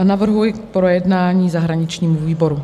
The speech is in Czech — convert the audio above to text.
Navrhuji k projednání zahraničnímu výboru.